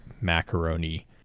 macaroni